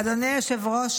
אדוני היושב-ראש,